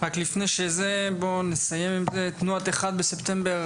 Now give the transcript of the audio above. רק לפני כן, תנועת אחד בספטמבר,